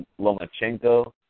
Lomachenko